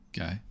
okay